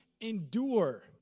endure